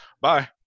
bye